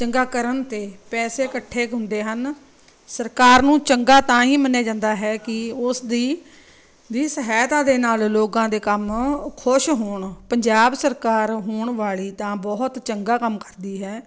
ਚੰਗਾ ਕਰਨ 'ਤੇ ਪੈਸੇ ਇਕੱਠੇ ਹੁੰਦੇ ਹਨ ਸਰਕਾਰ ਨੂੰ ਚੰਗਾ ਤਾਂ ਹੀ ਮੰਨਿਆ ਜਾਂਦਾ ਹੈ ਕਿ ਉਸਦੀ ਦੀ ਸਹਾਇਤਾ ਦੇ ਨਾਲ ਲੋਕਾਂ ਦੇ ਕੰਮ ਖੁਸ਼ ਹੋਣ ਪੰਜਾਬ ਸਰਕਾਰ ਹੋਣ ਵਾਲੀ ਤਾਂ ਬਹੁਤ ਚੰਗਾ ਕੰਮ ਕਰਦੀ ਹੈ